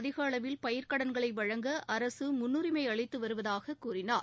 அதிக அளவில் பயிர்க்கடன்களை வழங்க அரசு முன்னுரிமை அளித்து வருவதாக கூறினார்